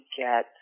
get